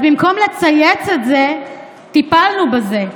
אז במקום לצייץ את זה, טיפלנו בזה,